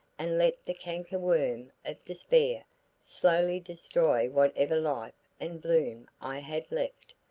and let the canker-worm of despair slowly destroy whatever life and bloom i had left.